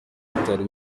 bitari